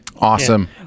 Awesome